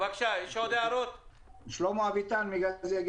אז כל צוות.